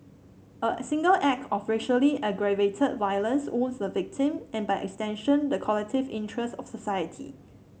a single act of racially aggravated violence wounds the victim and by extension the collective interest of society